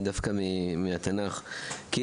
אני רוצה להתחיל דווקא בציטוט מהתנ"ך: "כי